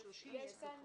הסעיף הזה מתייחס לסעיף